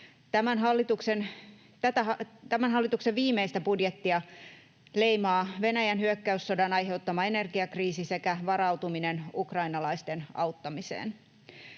Tämän hallituksen viimeistä budjettia leimaa Venäjän hyökkäyssodan aiheuttama energiakriisi sekä varautuminen ukrainalaisten auttamiseen.